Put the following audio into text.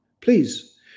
please